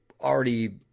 already